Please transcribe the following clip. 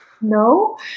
No